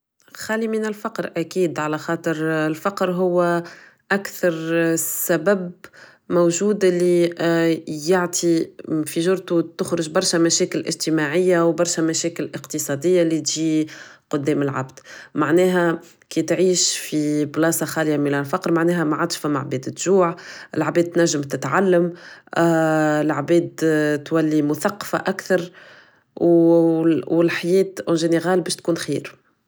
خال من الفقر اكيد علخاطر الفقر هو اكثر سبب موجود اللي يعطي في جرتو تخرج برشا مشاكل اجتماعية و برشا مشاكل اقتصادية اللي تجي قدام العبد معناها كي تعيش في بلاصة خالية من الفقر معناها معادش فما عباد تجوع العباد تنجم تتعلم العباد تولي مثقفة اكثر و الحياة اون جينيرال بش تكون خير